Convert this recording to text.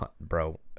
bro